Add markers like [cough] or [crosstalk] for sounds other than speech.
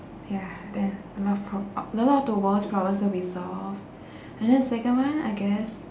ya then a lot of pro~ [noise] a lot of the world's problems will be solved [breath] and then the second one I guess